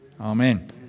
Amen